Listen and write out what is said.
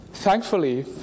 Thankfully